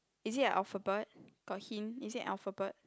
is it a alphabet got hint is it an alphabet